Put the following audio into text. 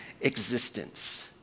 existence